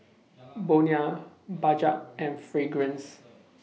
Bonia Bajaj and Fragrance